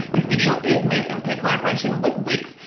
this video is made in pay collaboration with wix.